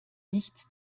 nichts